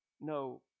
no